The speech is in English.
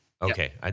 Okay